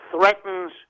threatens